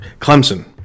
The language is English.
Clemson